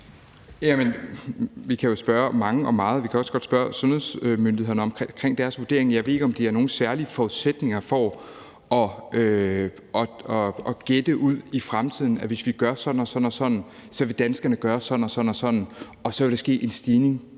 Vi kan jo spørge mange om meget, og vi kan også godt spørge sundhedsmyndighederne om deres vurdering, men jeg ved ikke, om de har nogen særlige forudsætninger for at gætte på noget ude i fremtiden, altså at hvis vi gør sådan og sådan, vil danskerne gøre sådan og sådan, og så vil der ske en stigning